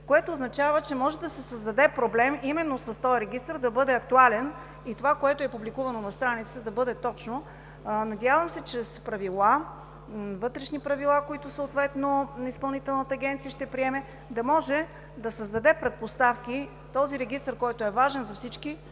което означава, че може да се създаде проблем именно с този регистър – да бъде актуален и това, което е публикувано на страницата, да бъде точно. Надявам се чрез вътрешни правила, които Изпълнителната агенция ще приеме, да създаде предпоставки регистърът, който е важен за всички,